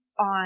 on